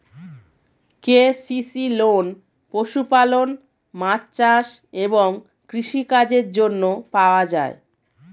KCC loan পশুপালন, মাছ চাষ এবং কৃষি কাজের জন্য পাওয়া যায়